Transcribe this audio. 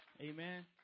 Amen